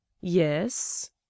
yes